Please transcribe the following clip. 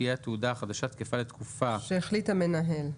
תהיה התעודה החדשה תקפה לתקופה שהחליט המנהל"